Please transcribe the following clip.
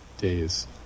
days